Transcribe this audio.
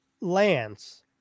Lance